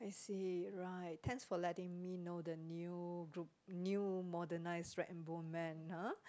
I see right thanks for letting me know the new group new modernized rag and bone man ha